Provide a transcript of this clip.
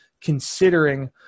considering